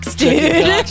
dude